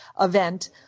event